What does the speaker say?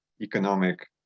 economic